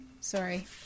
Sorry